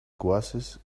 glasses